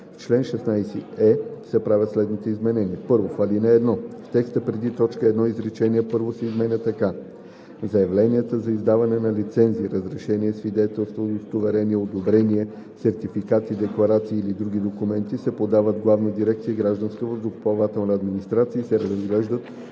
В чл. 16е се правят следните изменения: 1. В ал. 1, в текста преди т. 1 изречение първо се изменя така: „Заявленията за издаване на лицензи, разрешения, свидетелства, удостоверения, одобрения, сертификати, декларации или други документи се подават в Главна дирекция „Гражданска въздухоплавателна администрация“ и се разглеждат